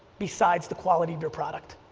besides the quality of your product.